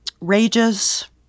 Rages